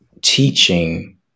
teaching